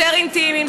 יותר אינטימיים,